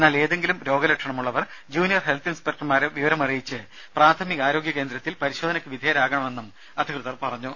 എന്നാൽ ഏതെങ്കിലും രോഗ ലക്ഷണമുള്ളവർ ജൂനിയർ ഹെൽത്ത് ഇൻസ്പെക്ടർമാരെ വിവരമറിയിച്ച് പ്രാഥമികാരോഗ്യ കേന്ദ്രത്തിൽ പരിശോധനയ്ക്ക് വിധേയരാകണമെന്നും അധികൃതർ പറഞ്ഞു